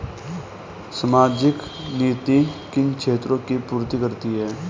सामाजिक नीति किन क्षेत्रों की पूर्ति करती है?